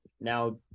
Now